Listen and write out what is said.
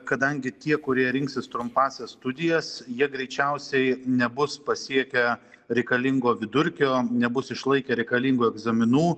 kadangi tie kurie rinksis trumpąsias studijas jie greičiausiai nebus pasiekę reikalingo vidurkio nebus išlaikę reikalingų egzaminų